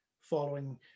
following